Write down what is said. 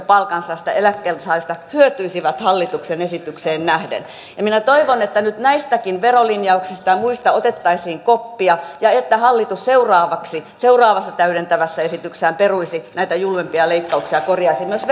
palkansaajista ja eläkkeensaajista hyötyisivät hallituksen esitykseen nähden minä toivon että nyt näistäkin verolinjauksista ja muista otettaisiin koppia ja että hallitus seuraavaksi seuraavassa täydentävässä esityksessään peruisi näitä julmimpia leikkauksia ja korjaisi myös